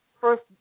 first